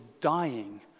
dying